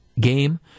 game